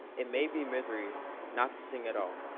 it may be misery not to sing at all,